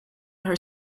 her